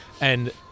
And-